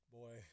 boy